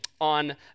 on